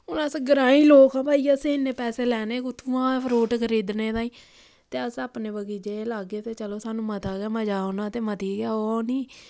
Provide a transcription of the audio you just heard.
हून अस ग्राईं लोक आं भाई असें इन्ने पैसे लैने कु'त्थुआं फ्रूट खरीदने ताईं ते अस अपने बगीचे च लागे ते सानूं मता गै मजा औना ते मती गै ओह् होनी